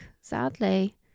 sadly